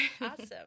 Awesome